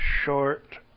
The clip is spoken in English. short